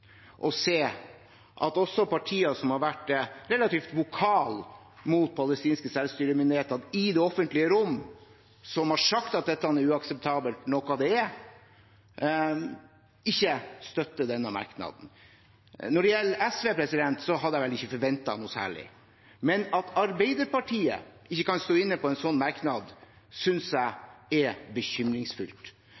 å se at også partier som har vært relativt vokale mot palestinske selvstyremyndigheter i det offentlige rom og sagt at dette er uakseptabelt, noe det er, ikke støtter denne merknaden. Når det gjelder SV, hadde jeg vel ikke forventet noe særlig. Men at Arbeiderpartiet ikke kan stå inne for en sånn merknad, synes jeg